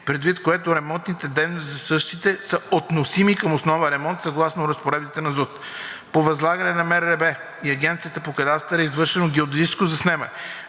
предвид което ремонтните дейности за същите са относими към основен ремонт съгласно разпоредбите на ЗУТ. По възлагане на МРРБ и Агенцията по кадастъра е извършено геодезическо заснемане